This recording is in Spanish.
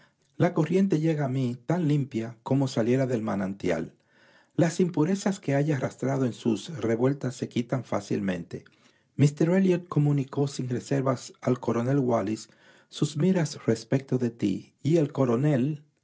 la corriente llega a mí tan limpia como saliera del manantial las impurezas que haya arrastrado en sus revueltas se quitan fácilmente míster elliot comunicó sin reservas al coronel wallis sus miras respecto de tí y el coronel